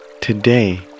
Today